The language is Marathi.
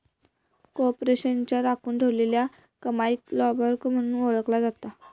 कॉर्पोरेशनच्या राखुन ठेवलेल्या कमाईक ब्लोबॅक म्हणून ओळखला जाता